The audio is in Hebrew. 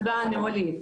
לא, הניהולי.